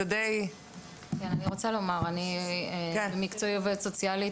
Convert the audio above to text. אני עובדת סוציאלית במקצועי.